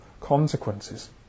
consequences